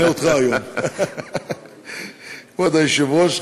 כבוד היושב-ראש,